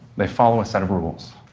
they follow a set of rules.